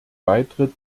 beitritt